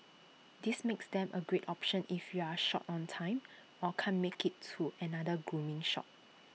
this makes them A great option if you're short on time or can't make IT to another grooming shop